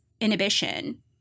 inhibition